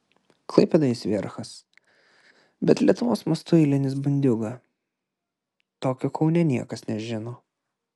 klaipėdoje jis vierchas bet lietuvos mastu eilinis bandiūga tokio kaune niekas nežino